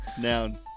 Noun